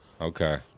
Okay